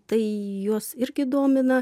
tai juos irgi domina